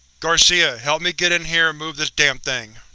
garcia, help me get in here and move this damn thing.